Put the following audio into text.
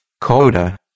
Coda